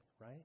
right